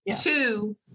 Two